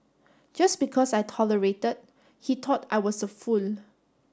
just because I tolerated he thought I was a fool